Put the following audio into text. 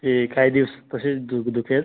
ए काही दिवस तसेच दुख दुखेल